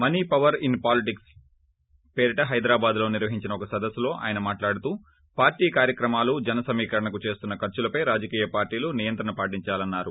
money power in politics పేరిట హైదరాబాద్లో నిర్వహించిన లీఒక సదస్సులో ఆయన మాట్లోడుతూ పార్టీ కార్యక్రమాలు జనసమీకరణకు చేస్తున్న ఖర్చులపై రాజకీయ పార్టీలు నియంత్రణ పాటిందాలన్నారు